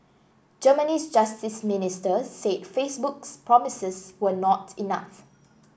Germany's justice minister said Facebook's promises were not enough